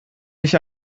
nicht